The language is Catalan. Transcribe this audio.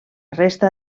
resta